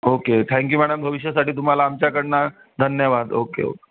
okay thank you madam भविष्यसासाठी तुम्हाला आमच्याकडनं धन्यवाद ओके ओक